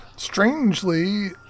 Strangely